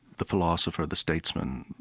the philosopher, the statesman,